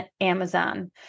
Amazon